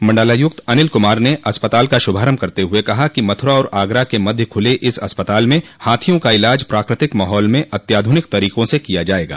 मंडलायुक्त अनिल कुमार ने अस्पताल का शुभारंभ करते हुए कहा कि मथुरा और आगरा के मध्य खुले इस अस्पताल में हाथियों का इलाज प्राकृतिक माहौल में अत्याधनिक तरीकों से किया जायेगा